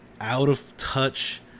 out-of-touch